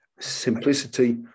Simplicity